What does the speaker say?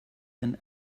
ihren